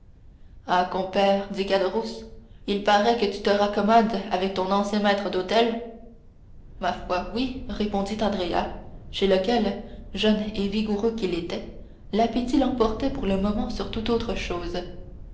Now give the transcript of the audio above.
ah compère dit caderousse il paraît que tu te raccommodes avec ton ancien maître d'hôtel ma foi oui répondit andrea chez lequel jeune et vigoureux qu'il était l'appétit l'emportait pour le moment sur toute autre chose